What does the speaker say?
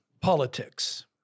politics